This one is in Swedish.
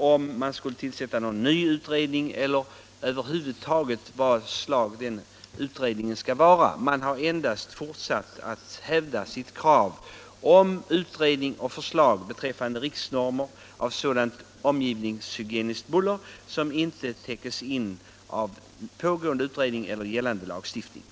om det borde tillsättas en ny utredning. Motionärerna har över huvud taget inte uttalat sig om av vilket slag denna utredning bör vara; de har endast fortsatt att hävda sitt krav på utredning och förslag beträffande riksnormer när det gäller sådant buller som inte täcks in av pågående utredning eller gällande lagstiftning.